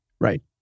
Right